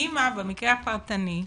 האמא במקרה הפרטני,